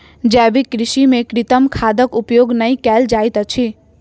जैविक कृषि में कृत्रिम खादक उपयोग नै कयल जाइत अछि